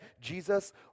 Jesus